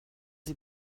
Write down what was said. sie